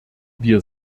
wir